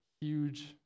huge